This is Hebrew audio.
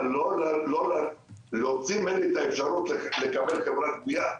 אבל לא להוציא לי את האפשרות לקבל חברת גבייה,